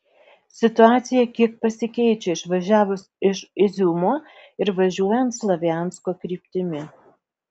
situacija kiek pasikeičia išvažiavus iš iziumo ir važiuojant slaviansko kryptimi